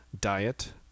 diet